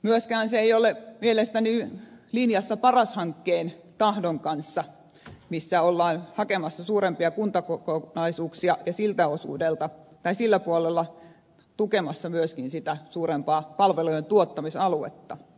myöskään se ei ole mielestäni linjassa paras hankkeen tahdon kanssa missä ollaan hakemassa suurempia kuntakokonaisuuksia ja sillä puolella tukemassa myöskin sitä suurempaa palvelujen tuottamisaluetta